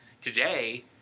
Today